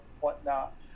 whatnot